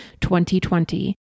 2020